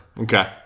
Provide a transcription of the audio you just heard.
Okay